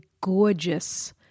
gorgeous